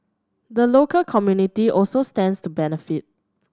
the local community also stands to benefit